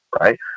right